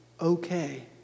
okay